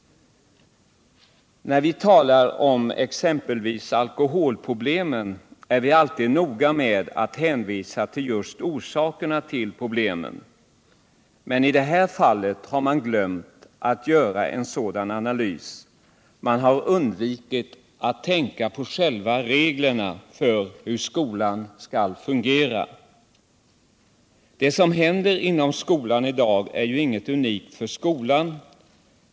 När vi talar om exempelvis alkoholproblemen är vi alltid noga med att hänvisa till just orsakerna till problemen. Men i det här fallet har man glömt att göra en analys. Man har undvikit att tänka på själva reglerna för hur skolan skall fungera. Det som händer inom skolan i dag är ju inte något unikt för skolan.